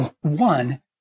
one